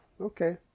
okay